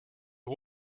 dem